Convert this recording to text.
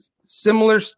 similar